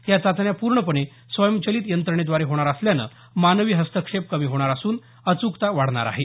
या चाचण्या पूर्णपणे स्वयंचलित यंत्रणेद्वारे होणार असल्याने मानवी हस्तक्षेप कमी होणार असून अचूकता वाढणार आहे